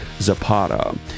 Zapata